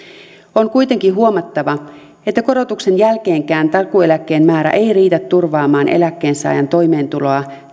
on kuitenkin huomattava että korotuksen jälkeenkään takuueläkkeen määrä ei riitä turvaamaan eläkkeensaajan toimeentuloa